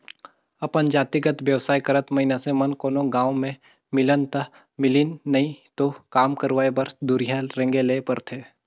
अपन जातिगत बेवसाय करत मइनसे मन कोनो गाँव में मिलिन ता मिलिन नई तो काम करवाय बर दुरिहां रेंगें ले परथे